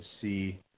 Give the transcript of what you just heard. see